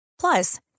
Plus